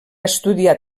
estudiar